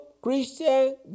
Christian